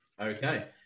Okay